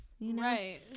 Right